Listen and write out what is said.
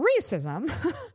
racism